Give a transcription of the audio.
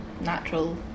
natural